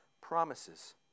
promises